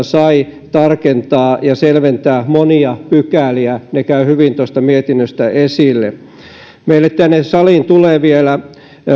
sai tarkentaa ja selventää monia pykäliä ne käyvät hyvin tuosta mietinnöstä esille meille tänne saliin tulee vielä